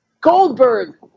Goldberg